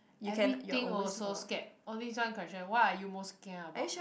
every thing also scared oh this one question what are you most scared about